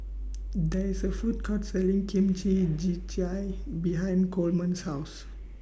There IS A Food Court Selling Kimchi Jjigae behind Coleman's House